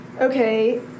okay